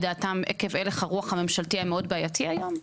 דעתם עקב הלך הרוח הממשלתי המאוד בעייתי היום?